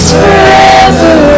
forever